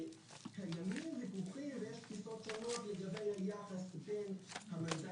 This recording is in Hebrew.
קיימים ויכוחים ויש תפיסות שונות לגבי היחס בין המנדט